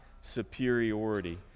superiority